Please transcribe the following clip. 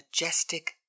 majestic